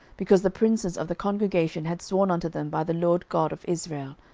because the princes of the congregation had sworn unto them by the lord god of israel.